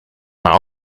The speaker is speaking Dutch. maar